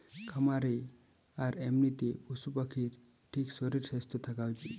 খামারে আর এমনিতে পশু পাখির ঠিক শরীর স্বাস্থ্য থাকা উচিত